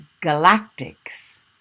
galactics